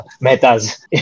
Metas